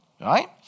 right